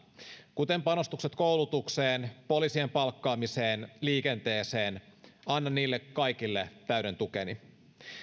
kuten panostukset koulutukseen poliisien palkkaamiseen liikenteeseen annan niille kaikille täyden tukeni